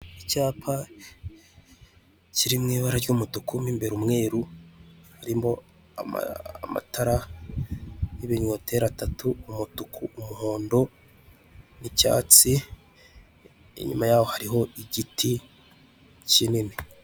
Icyapa kiri mu ibara ry'umutuku mo imbere umweru, harimo amatara y'ibinyoteri atatu. Umutuku, umuhondo n'icyatsi inyuma yaho hariho igiti kinini.